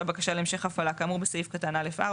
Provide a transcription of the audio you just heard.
בקשה להמשך הפעלה כאמור בסעיף קטן (א)(4),